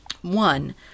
one